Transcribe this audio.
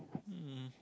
um